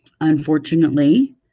Unfortunately